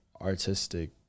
artistic